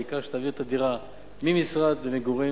העיקר שתעביר את הדירה ממשרד למגורים.